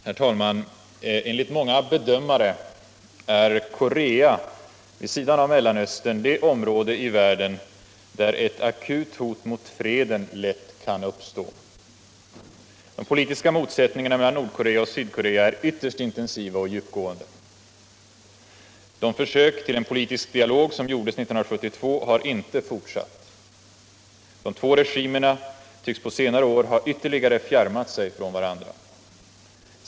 Herr talman! Enligt många bedömare är Korea vid sidan av Mellanöstern det område i världen där ett akut hot mot freden lätt kan uppstå. De politiska motsättningarna mellan Nordkorea och Sydkorea är ytterst intensiva och djupgående. Det försök till en politisk dialog som gjordes 1972 har inte fortsatt. De två regimerna tycks på senare år ha ytterligare fjärmat sig från varandra.